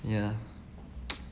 ya